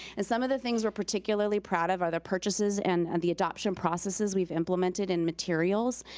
and some of the things we're particularly proud of are the purchases and and the adoption processes we've implemented in materials,